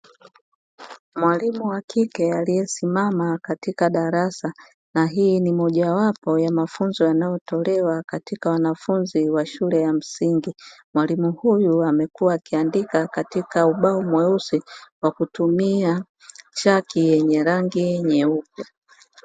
Mwalimu wa kike aliyesimama katika darasa na hii ni mojawapo ya mafunzo yanayotolewa katika wanafunzi wa shule ya msingi, mwalimu huyu amekuwa akiandika katika ubao mweusi kwa kutumia chaki yenye rangi nyeupe.